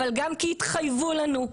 אבל גם כי התחייבו לנו.